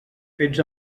fets